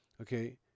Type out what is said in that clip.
Okay